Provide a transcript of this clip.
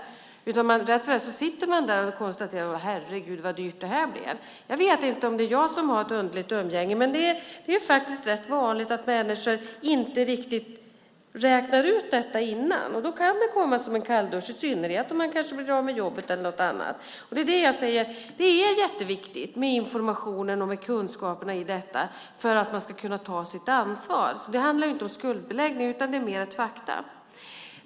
Rätt vad det är sitter man där och konstaterar: Herregud, vad dyrt det här blev! Jag vet inte om det är jag som har ett underligt umgänge, men det är faktiskt rätt vanligt att människor inte riktigt räknar ut detta innan, och då kan det komma som en kalldusch, i synnerhet om man kanske blir av med jobbet eller något annat. Det är jätteviktigt med information och med kunskaper om detta för att man ska kunna ta sitt ansvar. Det handlar inte om skuldbeläggning utan det är mer ett faktum.